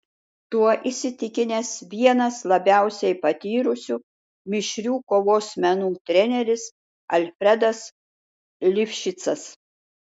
tuo įsitikinęs vienas labiausiai patyrusių mišrių kovos menų treneris alfredas lifšicas